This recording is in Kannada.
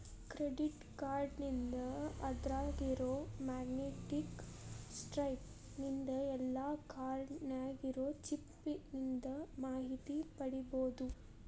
ಕ್ರೆಡಿಟ್ ಕಾರ್ಡ್ನಿಂದ ಅದ್ರಾಗಿರೊ ಮ್ಯಾಗ್ನೇಟಿಕ್ ಸ್ಟ್ರೈಪ್ ನಿಂದ ಇಲ್ಲಾ ಕಾರ್ಡ್ ನ್ಯಾಗಿರೊ ಚಿಪ್ ನಿಂದ ಮಾಹಿತಿ ಪಡಿಬೋದು